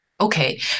Okay